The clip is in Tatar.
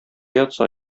ятса